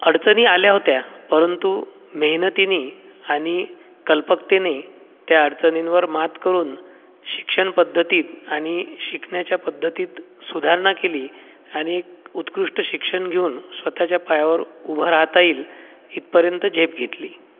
अडचणी आल्या होत्या परंतु मेहनतीनी आणि कल्पकतेने त्या अडचणींवर मात करून शिक्षण पद्धतीत आणि शिकण्याच्या पद्धतीत सुधारणा केली आणि एक उत्कृष्ट शिक्षण घेऊन स्वतःच्या पायावर उभं राहता येईल इथपर्यंत झेप घेतली